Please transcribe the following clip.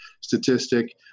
statistic